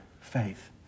faith